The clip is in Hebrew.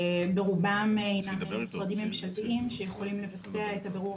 ברובם מדובר במשרדים ממשלתיים שיכולים לבצע את הבירור